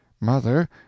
Mother